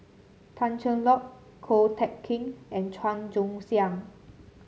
Tan Cheng Lock Ko Teck Kin and Chua Joon Siang